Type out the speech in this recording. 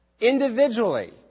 Individually